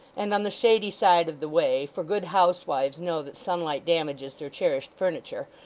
and on the shady side of the way for good housewives know that sunlight damages their cherished furniture,